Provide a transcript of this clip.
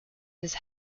his